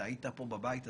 היית בבית הזה,